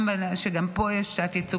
שגם פה יש תת-ייצוג,